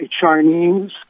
Chinese